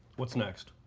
what's next?